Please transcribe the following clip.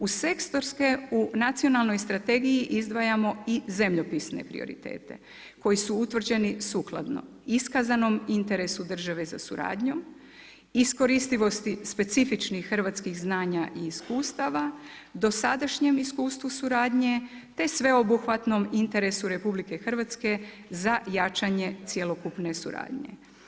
U sektorske, u nacionalnoj strategiji izdvajamo i zemljopisne prioritete, koji su utvrđeni sukladno iskaznom interesom države za suradnjom, iskoristivosti specifičnih hrvatskih znanja i iskustava, dosadašnjem iskustvu suradnje, te sveobuhvatnom interesu RH za jačanje cjelokupne suradnje.